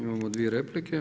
Imamo dvije replike.